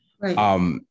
Right